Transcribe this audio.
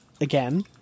again